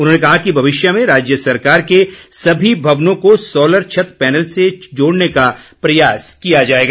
उन्होंने कहा कि भविष्य में राज्य सरकार के सभी भवनों को सोलर छत पैनल से जोड़ने का प्रयास किया जाएगा